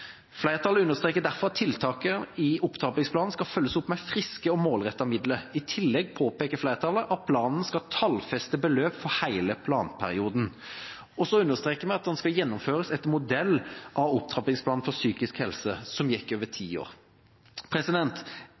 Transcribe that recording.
Flertallet understreker derfor at tiltakene i opptrappingsplanen skal følges opp med friske og målrettede midler. I tillegg påpeker flertallet at planen skal tallfeste beløp for hele planperioden.» I tillegg understreker vi at planen skal gjennomføres etter modell av opptrappingsplanen for psykisk helse, som gikk over ti år.